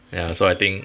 ya so I think